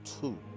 two